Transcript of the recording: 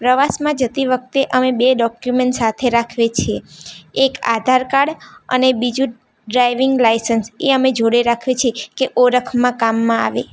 પ્રવાસમાં જતી વખતે અમે બે ડોક્યુમેન્ટ સાથે રાખવી છીએ એક આધાર કાડ અને બીજું ડ્રાઇવિંગ લાઇસન્સ એ અમે જોડે રાખવી છીએ કે ઓળખમાં કામમાં આવે